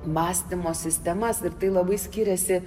mąstymo sistemas ir tai labai skiriasi